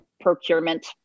procurement